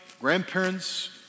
grandparents